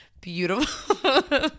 beautiful